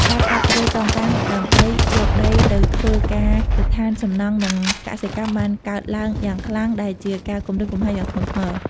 ការកាប់ព្រៃកោងកាងដើម្បីយកដីទៅធ្វើការដ្ឋានសំណង់និងកសិកម្មបានកើតឡើងយ៉ាងខ្លាំងដែលជាការគំរាមកំហែងយ៉ាងធ្ងន់ធ្ងរ។